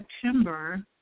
September